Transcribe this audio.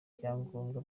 byangombwa